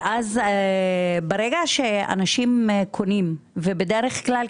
בדרך כלל,